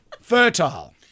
Fertile